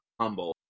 humble